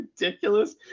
ridiculous